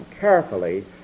carefully